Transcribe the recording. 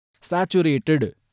saturated